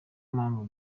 mpamvu